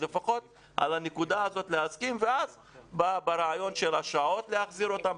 אז לפחות על הנקודה הזאת להסכים ואז ברעיון של השעות להחזיר אותם,